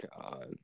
God